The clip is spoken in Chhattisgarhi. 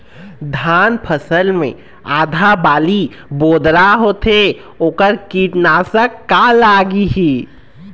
धान फसल मे आधा बाली बोदरा होथे वोकर कीटनाशक का लागिही?